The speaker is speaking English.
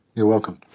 you're welcome.